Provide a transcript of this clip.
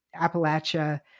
Appalachia